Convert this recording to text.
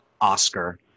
Oscar